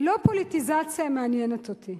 לא פוליטיזציה מעניינת אותי,